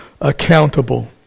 accountable